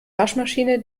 waschmaschine